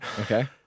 Okay